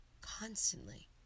constantly